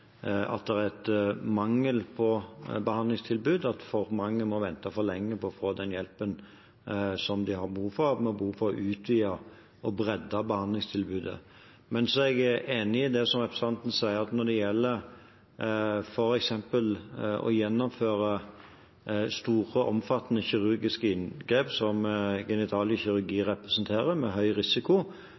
at det er en mangel på behandlingstilbud, at for mange må vente for lenge på å få den hjelpen de har behov for, og at vi har behov for å utvide og bre ut behandlingstilbudet. Men så er jeg enig i det representanten sier, at når det gjelder f.eks. å gjennomføre store og omfattende kirurgiske inngrep med høy risiko, som genital kirurgi representerer,